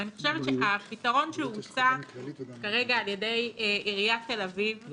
ואני חושבת שהפתרון שהוצע כרגע על ידי עיריית תל אביב הוא